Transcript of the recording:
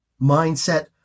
mindset